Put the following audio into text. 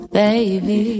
baby